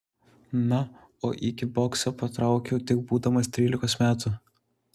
na o į kikboksą patraukiau tik būdamas trylikos metų